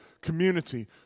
community